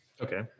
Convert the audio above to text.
Okay